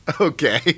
Okay